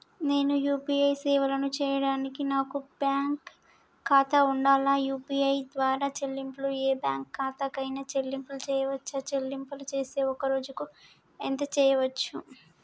నేను యూ.పీ.ఐ సేవలను చేయడానికి నాకు బ్యాంక్ ఖాతా ఉండాలా? యూ.పీ.ఐ ద్వారా చెల్లింపులు ఏ బ్యాంక్ ఖాతా కైనా చెల్లింపులు చేయవచ్చా? చెల్లింపులు చేస్తే ఒక్క రోజుకు ఎంత చేయవచ్చు?